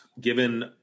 given